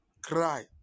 cry